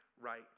right